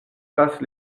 passe